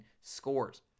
scores